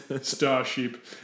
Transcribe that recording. Starship